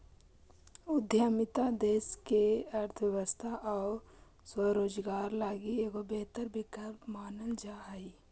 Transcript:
उद्यमिता देश के अर्थव्यवस्था आउ स्वरोजगार लगी एगो बेहतर विकल्प मानल जा हई